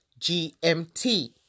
GMT